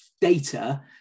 data